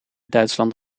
duitsland